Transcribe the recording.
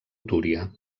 túria